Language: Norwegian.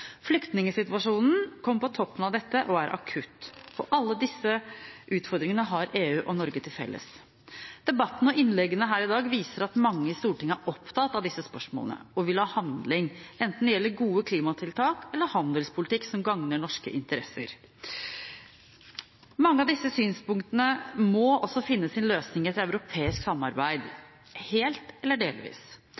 Flyktningsituasjonen kommer på toppen av dette og er akutt. Alle disse utfordringene har EU og Norge til felles. Debatten og innleggene her i dag viser at mange i Stortinget er opptatt av disse spørsmålene og vil ha handling, enten det gjelder gode klimatiltak eller handelspolitikk som gagner norske interesser. Mange av disse synspunktene må også finne sin løsning i et europeisk samarbeid – helt eller delvis.